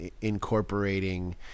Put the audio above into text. incorporating